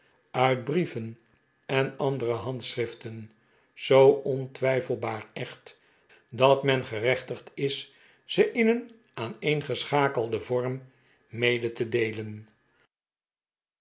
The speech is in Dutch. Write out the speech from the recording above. uit brieven en andere handschriften zoo ontwijfelbaar echt dat men gerechtigd is ze in een aaneengeschakelden vorm mede te deelen